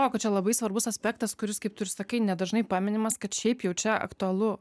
o čia labai svarbus aspektas kuris kaip tu ir sakai nedažnai paminimas kad šiaip jau čia aktualu